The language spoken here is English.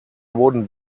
wooden